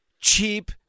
cheap